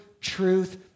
truth